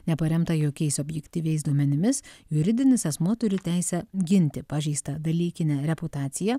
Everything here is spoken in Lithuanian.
neparemta jokiais objektyviais duomenimis juridinis asmuo turi teisę ginti pažeistą dalykinę reputaciją